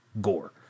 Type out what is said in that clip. Gore